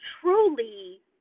truly